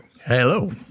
Hello